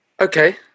okay